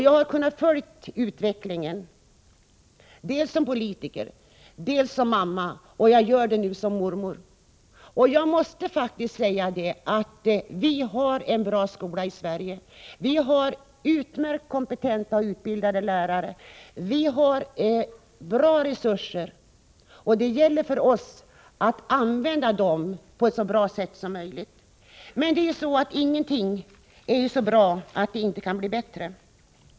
Jag har kunnat följa utvecklingen, dels såsom politiker, dels såsom mamma och nu såsom mormor. Vi har i Sverige en bra skola med utmärkt kompetenta och utbildade lärare. Vi har goda resurser. Det gäller för oss att använda dem på ett så effektivt sätt som möjligt. Men ingenting är så bra att det inte kan bli bättre.